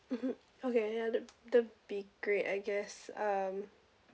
mmhmm okay ya that that will be great I guess um